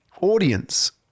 audience